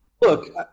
look